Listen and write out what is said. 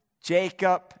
Jacob